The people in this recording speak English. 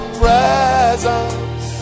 presence